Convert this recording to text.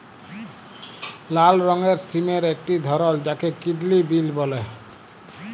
লাল রঙের সিমের একটি ধরল যাকে কিডলি বিল বল্যে